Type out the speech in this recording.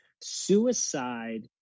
Suicide